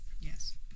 Yes